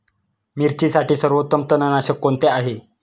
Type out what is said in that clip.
मिरचीसाठी सर्वोत्तम तणनाशक कोणते आहे?